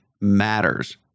matters